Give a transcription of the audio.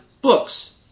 books